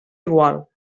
igual